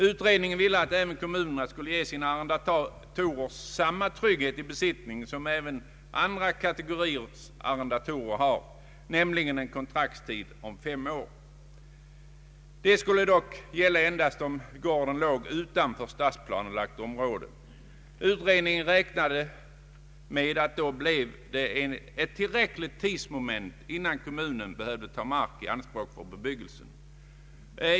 Utredningen ville att även kommunerna skulle ge sina arrendatorer samma trygghet i fråga om besittning som andra kategoriers arrendatorer har, nämligen en kontraktstid om fem år. Detta skulle dock gälla endast om gården låg utanför stadsplanelagt område. Utredningen räknade med att det då blev ett tillräckligt tidsmoment innan kommunen behövde ta mark i anspråk för bebyggelse.